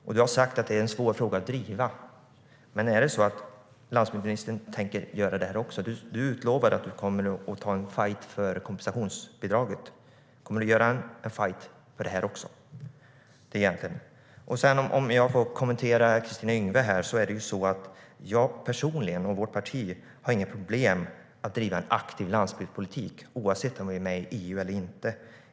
Det har sagts att det är en svår fråga att driva. Tänker landsbygdsministern göra det? Du utlovade att du kommer att ta en fajt för kompensationsbidraget. Kommer du att ta en fajt också för detta? Om jag får kommentera det Kristina Yngwe sa har jag personligen och vårt parti inga problem med att driva en aktiv landsbygdspolitik oavsett om vi är med i EU eller inte.